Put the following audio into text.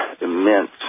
immense